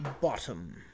bottom